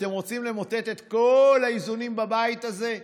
אתם רוצים למוטט את כל האיזונים בבית הזה?